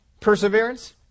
perseverance